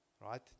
right